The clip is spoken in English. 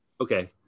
Okay